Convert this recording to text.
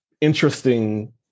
interesting